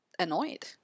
Annoyed